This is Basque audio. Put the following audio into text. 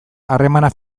harremana